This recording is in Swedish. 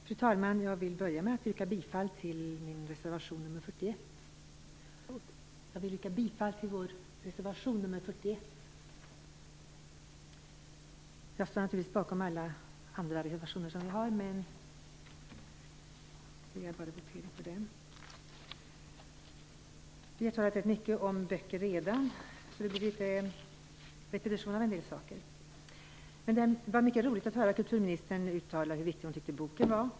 Fru talman! Jag vill börja med att yrka bifall till vår reservation 41. Naturligtvis står vi bakom alla andra reservationer som vi har men begär votering endast om denna. Det har sagts mycket om böcker, men jag vill resonera om en del saker. Det var mycket roligt att höra kulturministern uttala hur viktig hon tyckte att boken var.